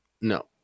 No